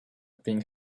pink